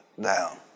down